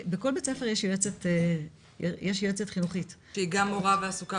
בכל בית ספר יש יועצת חינוכית שהיא גם מורה ועסוקה